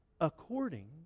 according